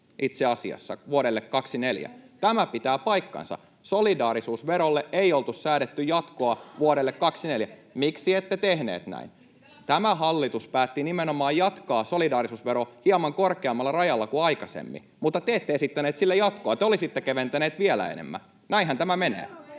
itse asiassa vuodelle 24. Tämä pitää paikkansa. Solidaarisuusverolle ei oltu säädetty jatkoa vuodelle 24. Miksi ette tehneet näin? [Katri Kulmuni: Miksi te laskette sitä?] Tämä hallitus päätti nimenomaan jatkaa solidaarisuusveroa hieman korkeammalla rajalla kuin aikaisemmin, mutta te ette esittäneet sille jatkoa. Te olisitte keventäneet vielä enemmän. Näinhän tämä menee.